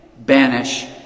banish